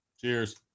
Cheers